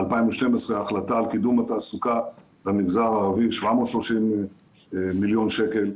2012 החלטה על קידום התעסוקה במגזר הערבי 730 מיליון שקל,